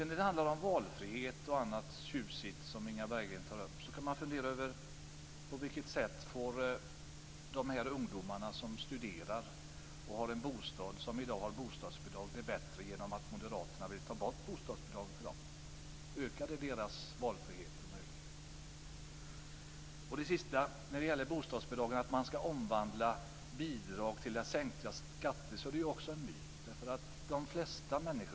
När det handlar om valfrihet och annat tjusigt som Inga Berggren tar upp kan man fundera över på vilket sätt de ungdomar som studerar, har en bostad och i dag har bostadsbidrag får det bättre genom att man, som moderaterna vill, tar bort bostadsbidragen för dem? Ökar det deras valfrihet? Att man kan omvandla bostadsbidrag till sänkta skatter är också en myt.